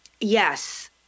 Yes